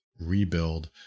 rebuild